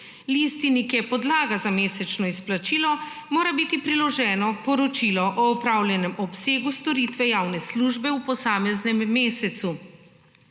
Listini, ki je podlaga za mesečno izplačilo, mora biti priloženo poročilo o opravljenem obsegu javne storitve, storitve javne službe v posameznem mesecu,